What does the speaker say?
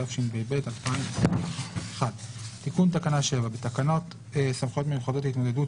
התשפ"ב 2021 תיקון תקנה 7 1.בתקנות סמכויות מיוחדות להתמודדות